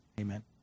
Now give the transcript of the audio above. amen